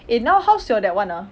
eh now how's your that one ah